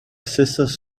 sisters